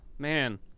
Man